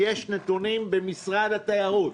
יש נתונים במשרד התיירות.